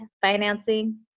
financing